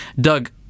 Doug